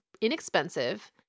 inexpensive